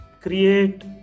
Create